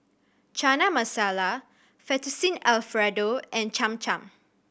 Chana Masala Fettuccine Alfredo and Cham Cham